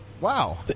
Wow